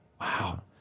Wow